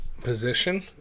Position